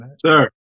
Sir